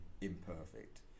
imperfect